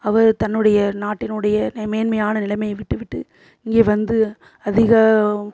அவர் தன்னுடைய நாட்டினுடைய நே மேன்மையான நிலைமையை விட்டுவிட்டு இங்கே வந்து அதிக